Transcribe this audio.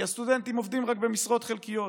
כי הסטודנטים עובדים רק במשרות חלקיות.